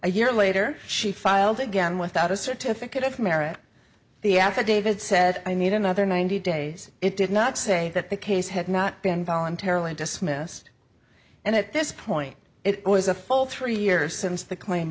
a year later she filed again without a certificate of merit the affidavit said i need another ninety days it did not say that the case had not been voluntarily dismissed and at this point it was a full three years since the claim